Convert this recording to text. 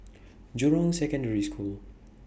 Jurong Secondary School